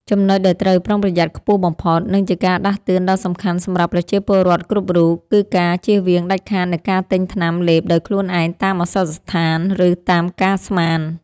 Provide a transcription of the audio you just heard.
ចំណុចដែលត្រូវប្រុងប្រយ័ត្នខ្ពស់បំផុត និងជាការដាស់តឿនដ៏សំខាន់សម្រាប់ប្រជាពលរដ្ឋគ្រប់រូប គឺការជៀសវាងដាច់ខាតនូវការទិញថ្នាំលេបដោយខ្លួនឯងតាមឱសថស្ថាន ឬតាមការស្មាន។